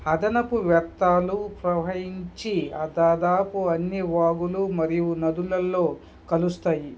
అదనపు వ్యర్థాలు ప్రవహించి ఆ దాదాపు అన్ని వాగులు మరియు నదులల్లో కలుస్తాయి